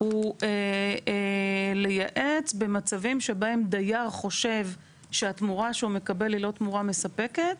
היא לייעץ במצבים שבהם דייר חושב שהתמורה שהוא מקבל היא לא תמורה מספקת,